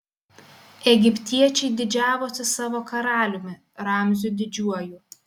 egiptiečiai didžiavosi savo karaliumi ramziu didžiuoju